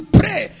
pray